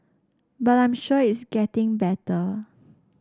but I'm sure it's getting better